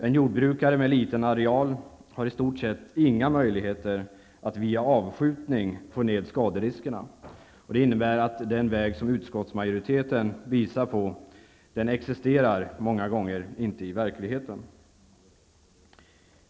En jordbrukare med liten areal har i stort sett inga möjligheter att via avskjutning få ned skaderiskerna. Det innebär att den väg som utskottsmajoriteten visar på många gånger inte existerar i verkligheten.